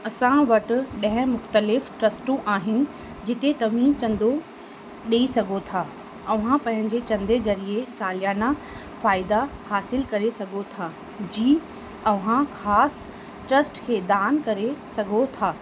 असां वटि ॾह मुख़्तलिफ़ ट्रस्टूं आहिनि जिते तव्हीं चंदो ॾेई सघो था तव्हां पंहिंजे चंदे ज़रिए फ़ाइदा हासिलु करे सघो था जी तव्हां ख़ासि ट्रस्ट खे दान करे सघां था